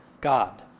God